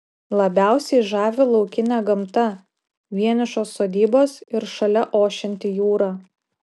labiausiai žavi laukinė gamta vienišos sodybos ir šalia ošianti jūra